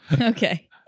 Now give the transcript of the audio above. Okay